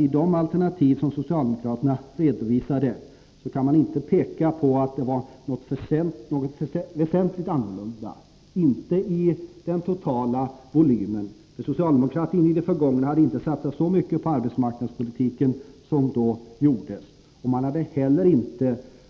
I de alternativ som socialdemokraterna redovisade kan man inte peka på något väsentligt annorlunda. Det gäller bl.a. beträffande den totala volymen, för socialdemokratin hade i det förgångna inte satsat så mycket på arbetsmarknadspolitik som då gjordes, och man hade inte heller